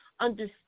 understand